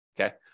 Okay